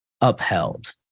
upheld